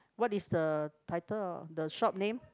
what is the title of the shop name